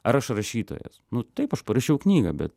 ar aš rašytojas nu taip aš parašiau knygą bet